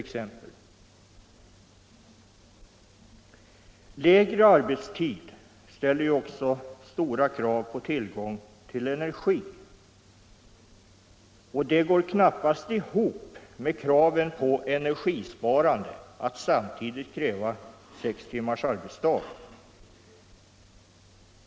Kortare arbetstid ställer också stora krav på tillgång till energi. Det går knappast ihop med kravet på energisparande att samtidigt kräva sex timmars arbetsdag.